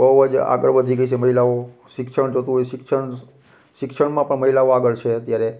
બહુ જ આગળ વધી ગઈ છે મહિલાઓ શિક્ષણ જોઈતું હોય શિક્ષણ શિક્ષણમાં પણ મહિલાઓ આગળ છે અત્યારે